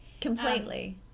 Completely